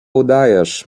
udajesz